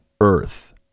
earth